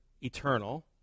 eternal